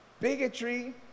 Bigotry